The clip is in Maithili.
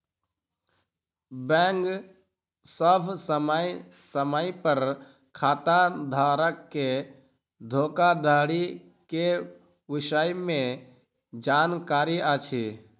बैंक सभ समय समय पर खाताधारक के धोखाधड़ी के विषय में जानकारी अछि